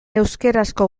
euskarazko